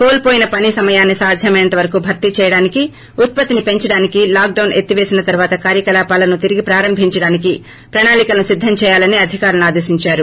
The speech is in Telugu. కోల్సోయిన పని సమయాన్ని సాధ్యమైనంత వరకు భర్తీ చేయడానికి ఉత్పత్తిని పెంచడానికి లాక్ డొన్ ఎత్తివేసిన తరువాత కార్యకలాపాలను తిరిగి ప్రారంభించడానికి ప్రణాళికలను సిద్దం చేయాలని అధికారులను ఆదేశిందారు